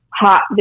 hot